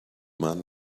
man